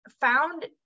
found